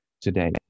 today